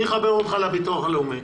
אני אחבר אותך לביטוח הלאומי,